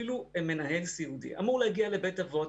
אפילו מנהל סיעודי אמור להגיע לבית האבות,